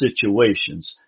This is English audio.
situations